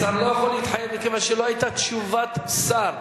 השר לא יכול להתחייב מכיוון שלא היתה תשובת שר.